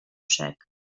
sec